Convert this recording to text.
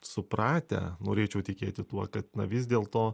supratę norėčiau tikėti tuo kad na vis dėl to